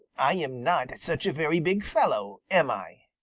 i am not such a very big fellow, am i?